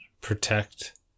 Protect